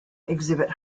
exhibit